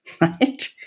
right